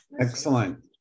excellent